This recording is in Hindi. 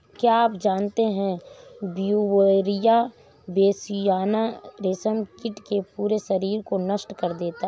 क्या आप जानते है ब्यूवेरिया बेसियाना, रेशम कीट के पूरे शरीर को नष्ट कर देता है